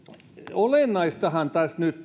olennaistahan tässä nyt